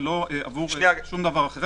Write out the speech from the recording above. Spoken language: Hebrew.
ולא עבור שום דבר אחר.